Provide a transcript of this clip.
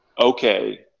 okay